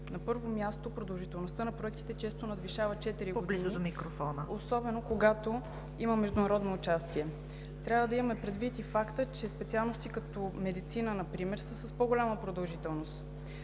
На първо място, продължителността на проектите често надвишава четири години, особено когато има международно участие. Трябва да имаме предвид и факта, че специалности, като „Медицина“ например, са с по-голяма продължителност.